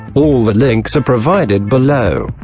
all the links are provided below.